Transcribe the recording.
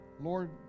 Lord